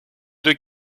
deux